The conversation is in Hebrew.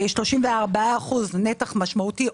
זה נתח משמעותי.